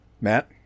Matt